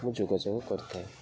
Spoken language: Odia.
ମୁଁ ଯୋଗାଯୋଗ କରିଥାଏ